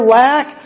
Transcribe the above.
lack